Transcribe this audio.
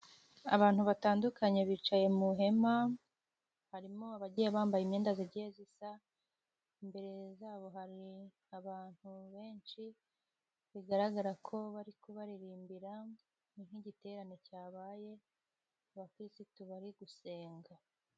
Abantu batandukanye bicaye mu ihema, harimo abagiye bambaye imyenda igiye isa. Imbere yabo hari abantu benshi bigaragara ko bari kubaririmbira, ni nk'igiterane cyabaye abakirisitu bari gusenga.